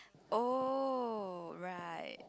oh right